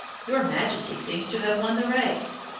your majesty seems to have won the race.